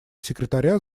секретаря